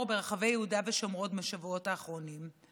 ברחבי יהודה ושומרון בשבועות האחרונים.